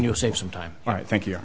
you'll save some time all right thank you